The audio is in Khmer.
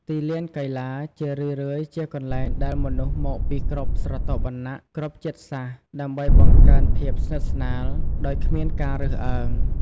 ទីលានកីឡាជារឿយៗជាកន្លែងដែលមនុស្សមកពីគ្រប់ស្រទាប់វណ្ណៈ គ្រប់ជាតិសាសន៍ ដើម្បីបង្កើនភាពសិទ្ធស្នាល ដោយគ្មានការរើសអើង។